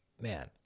man